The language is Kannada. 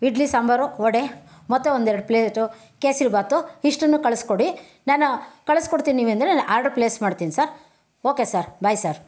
ಇಡ್ಲಿ ಸಾಂಬಾರು ವಡೆ ಮತ್ತು ಒಂದೆರಡು ಪ್ಲೇಟು ಕೇಸರಿ ಭಾತು ಇಷ್ಟನ್ನು ಕಳ್ಸ್ಕೊಡಿ ನಾನು ಕಳ್ಸ್ಕೊಡ್ತೀವಿ ನೀವು ಅಂದರೆ ನಾನು ಆರ್ಡ್ರು ಪ್ಲೇಸ್ ಮಾಡ್ತೀನಿ sir okay sir bye sir